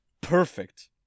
perfect